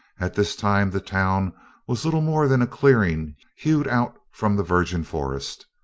at this time the town was little more than a clearing hewed out from the virgin forest.